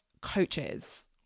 coaches